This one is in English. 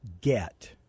get